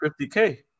50k